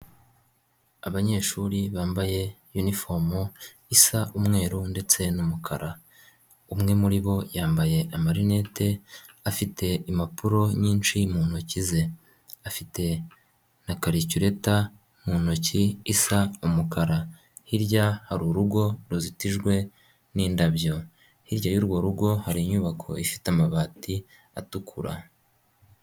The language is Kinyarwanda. Abanyeshuri bambaye yunifomu isa umweru ndetse n'umukara, umwe muri bo yambaye amarinete afite impapuro nyinshi mu ntoki ze, afite na kalikireta mu ntoki isa umukara, hirya hari urugo ruzitijwe n'indabyo, hirya y'urwo rugo hari inyubako ifite amabati atukura.